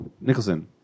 Nicholson